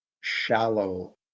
shallow